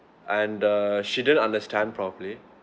and err she didn't understand properly